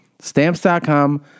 Stamps.com